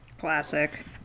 Classic